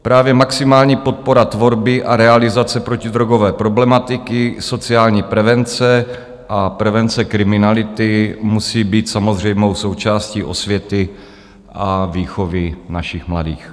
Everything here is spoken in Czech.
Právě maximální podpora tvorby a realizace protidrogové problematiky, sociální prevence a prevence kriminality musí být samozřejmou součástí osvěty a výchovy našich mladých.